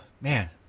man